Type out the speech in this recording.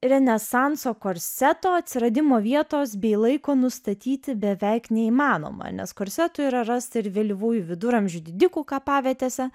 renesanso korseto atsiradimo vietos bei laiko nustatyti beveik neįmanoma nes korsetų yra rasta ir vėlyvųjų viduramžių didikų kapavietėse